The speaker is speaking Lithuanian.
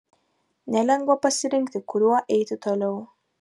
nelengva pasirinkti kuriuo eiti toliau